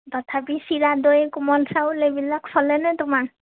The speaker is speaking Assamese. তথাপি চিৰা দৈ কোমল চাউল এইবিলাক চলেনে তোমাৰ